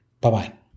Bye-bye